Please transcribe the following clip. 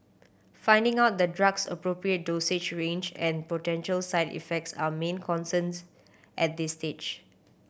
finding out the drug's appropriate dosage range and potential side effects are main concerns at this stage